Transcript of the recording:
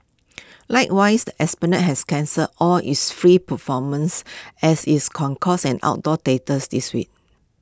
likewise the esplanade has cancelled all its free performances as its concourse and outdoor theatres this week